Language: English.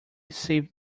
saved